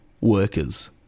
workers